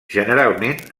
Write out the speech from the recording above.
generalment